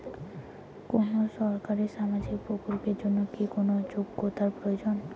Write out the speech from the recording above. কোনো সরকারি সামাজিক প্রকল্পের জন্য কি কোনো যোগ্যতার প্রয়োজন?